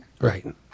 Right